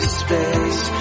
space